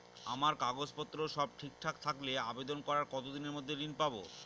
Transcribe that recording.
আমার কাগজ পত্র সব ঠিকঠাক থাকলে আবেদন করার কতদিনের মধ্যে ঋণ পাব?